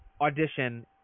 Audition